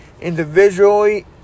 individually